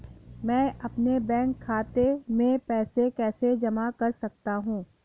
मैं अपने बैंक खाते में पैसे कैसे जमा कर सकता हूँ?